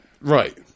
right